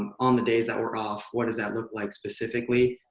um on the days that we're off, what does that look like specifically?